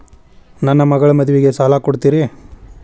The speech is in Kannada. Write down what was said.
ನನ್ನ ಮಗಳ ಮದುವಿಗೆ ಸಾಲ ಕೊಡ್ತೇರಿ?